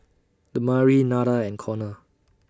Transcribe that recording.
Damari Nada and Konner